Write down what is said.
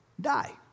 die